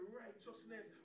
righteousness